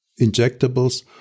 injectables